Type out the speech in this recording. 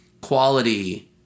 quality